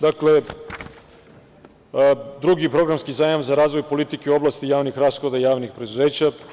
Dakle, drugi programski zajam za razvoj politike u oblasti javnih rashoda javnih preduzeća.